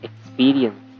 experience